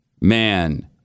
Man